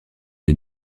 des